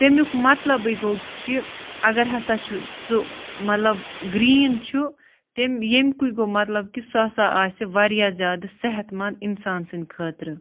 تَمیُک مطلبٕے گوٚو کہِ اگر ہَسا چھِ سُہ مطلب گرٛیٖن چھُ تٔمۍ ییٚمۍ کُے گوٚو مطلب کہِ سُہ ہَسا آسہِ واریاہ زیادٕ صحت منٛد اِنسان سٕنٛدِ خٲطرٕ